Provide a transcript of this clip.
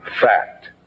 fact